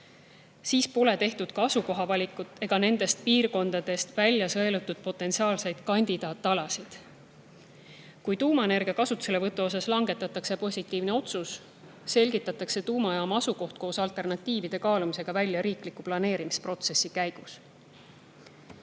siis pole tehtud ka asukohavalikut ega nendest piirkondadest välja sõelutud potentsiaalseid kandidaatalasid. Kui tuumaenergia kasutuselevõtu kohta langetatakse positiivne otsus, selgitatakse tuumajaama asukoht koos alternatiivide kaalumisega välja riikliku planeerimisprotsessi käigus.